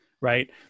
right